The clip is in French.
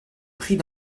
pris